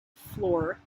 floor